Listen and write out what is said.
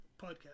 podcast